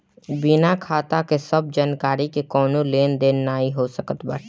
बिना खाता के सब जानकरी के कवनो लेन देन नाइ हो सकत बाटे